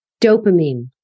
Dopamine